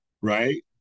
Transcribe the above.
right